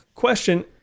question